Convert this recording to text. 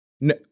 No